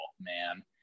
man